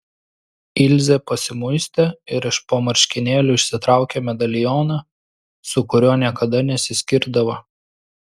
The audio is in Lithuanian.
ilzė pasimuistė ir iš po marškinėlių išsitraukė medalioną su kuriuo niekada nesiskirdavo